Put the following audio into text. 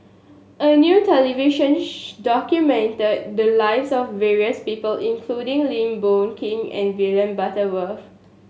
a new television documented the lives of various people including Lim Boon Keng and William Butterworth